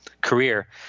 career